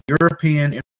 European